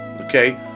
okay